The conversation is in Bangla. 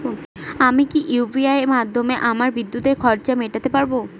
আমি কি ইউ.পি.আই মাধ্যমে আমার বিদ্যুতের খরচা মেটাতে পারব?